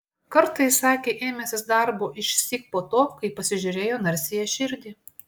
kartą jis sakė ėmęsis darbo išsyk po to kai pasižiūrėjo narsiąją širdį